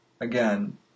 Again